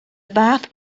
fath